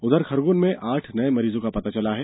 उधर खरगौन में आठ नये मरीजों को पता चला है